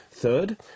Third